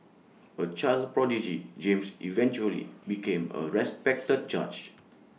A child prodigy James eventually became A respected judge